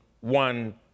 one